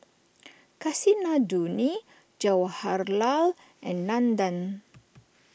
Kasinadhuni Jawaharlal and Nandan